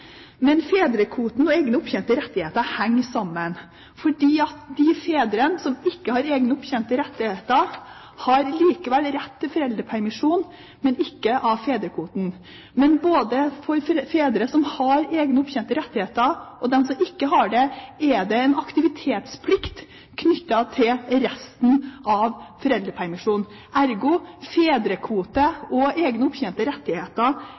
Fedrekvoten og egne opptjente rettigheter henger sammen, fordi de fedrene som ikke har egne opptjente rettigheter, har likevel rett til foreldrepermisjon, men ikke av fedrekvoten. Men både for fedre som har egne opptjente rettigheter og for dem som ikke har det, er det en aktivitetsplikt knyttet til resten av foreldrepermisjonen. Ergo henger fedrekvote og egne opptjente rettigheter